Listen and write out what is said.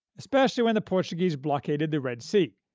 especially when the portuguese blockaded the red sea,